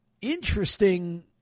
interesting